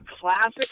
classic